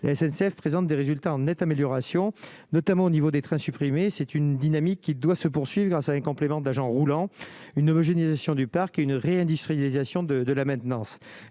SNCF présente des résultats en nette amélioration, notamment au niveau des trains supprimés, c'est une dynamique qui doit se poursuivent grâce à un complément d'agents roulants une homogénéisation du parc et une réindustrialisation de de la maintenance,